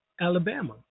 Alabama